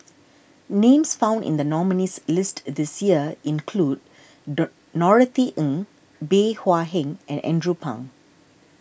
names found in the nominees' list this year include Norothy Ng Bey Hua Heng and Andrew Phang